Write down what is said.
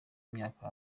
imyaka